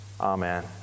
amen